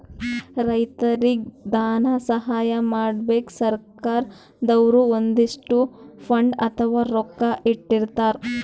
ರೈತರಿಗ್ ಧನ ಸಹಾಯ ಮಾಡಕ್ಕ್ ಸರ್ಕಾರ್ ದವ್ರು ಒಂದಿಷ್ಟ್ ಫಂಡ್ ಅಥವಾ ರೊಕ್ಕಾ ಇಟ್ಟಿರ್ತರ್